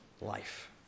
life